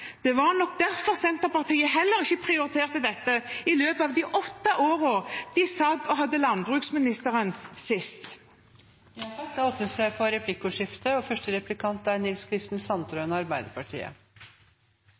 Det var nok derfor Senterpartiet heller ikke prioriterte dette i løpet av de åtte årene de hadde landbruksministeren sist. Det blir replikkordskifte. Landbruks- og matministeren sa i innlegget sitt at hun ikke avviser beredskapslagring av matkorn. Men det er